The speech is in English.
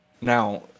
Now